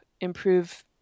improve